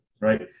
right